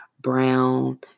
brown